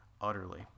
utterly